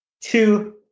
Two